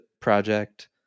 project